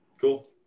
cool